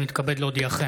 הינני מתכבד להודיעכם,